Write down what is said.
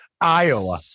Iowa